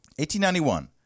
1891